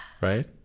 right